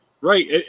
Right